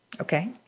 Okay